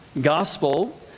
Gospel